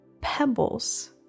pebbles